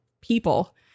people